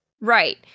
Right